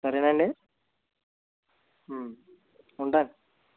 సరే నండి ఉంటాను